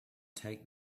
take